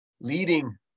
leading